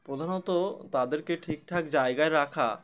প্রধানত তাদেরকে ঠিক ঠাক জায়গায় রাখা